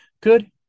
Good